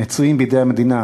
הן בידי המדינה,